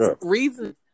reason